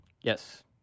Yes